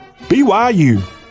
BYU